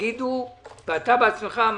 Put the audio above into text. אתה בעצמך אמרת,